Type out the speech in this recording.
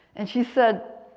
and she said,